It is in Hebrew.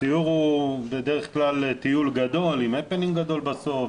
הסיור הוא בדרך כלל טיול גדול עם הפנינג גדול בסוף,